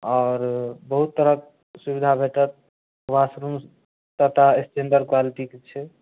आओर बहुत तरहक सुविधा भेटत बाथरूम सबटा स्टैंडर्ड क्वालिटीके छै